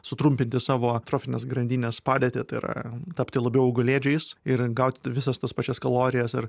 sutrumpinti savo trofinės grandinės padėtį tai yra tapti labiau augalėdžiais ir gauti visas tas pačias kalorijas ir